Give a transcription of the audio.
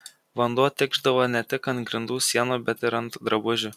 vanduo tikšdavo ne tik ant grindų sienų bet ir ant drabužių